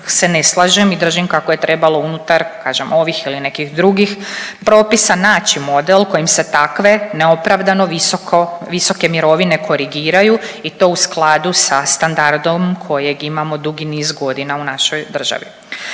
se ne slažem i držim kako je trebalo unutar, kažem, ovih ili nekih drugih propisa naći model kojim se takve neopravdano visoke mirovine korigiraju i to u skladu sa standardom kojeg imamo dugi niz godina u našoj državi.